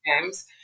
times